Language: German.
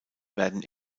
werden